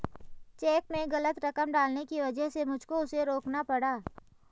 check में गलत रकम डालने की वजह से मुझको उसे रोकना पड़ा